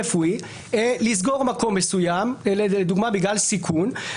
רפואי לסגור מקום מסוים בגלל סיכון.